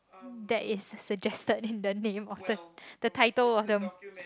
that is suggested in the name of the the title of the